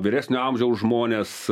vyresnio amžiaus žmones